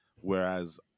Whereas